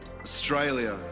Australia